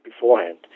beforehand